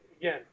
again